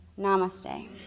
namaste